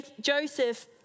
Joseph